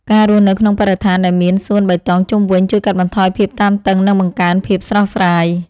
ការរស់នៅក្នុងបរិស្ថានដែលមានសួនបៃតងជុំវិញជួយកាត់បន្ថយភាពតានតឹងនិងបង្កើនភាពស្រស់ស្រាយ។